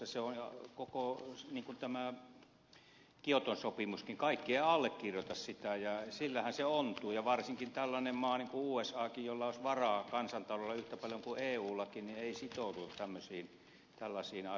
se on niin kuin tämä kioton sopimuskin että kaikki eivät allekirjoita sitä ja sillähän se ontuu ja varsinkaan tällainen maa niin kuin usakin jolla olisi varaa kansantaloudella yhtä paljon kuin eullakin ei sitoudu tällaisiin asioihin